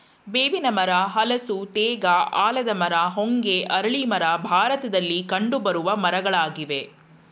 ಬೇವಿನ ಮರ, ಹಲಸು, ತೇಗ, ಆಲದ ಮರ, ಹೊಂಗೆ, ಅರಳಿ ಮರ ಭಾರತದಲ್ಲಿ ಕಂಡುಬರುವ ಮರಗಳಾಗಿವೆ